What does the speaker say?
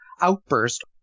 Outburst